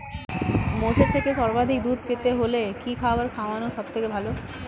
মোষের থেকে সর্বাধিক দুধ পেতে হলে কি খাবার খাওয়ানো সবথেকে ভালো?